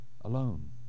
alone